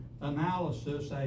analysis